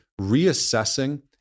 reassessing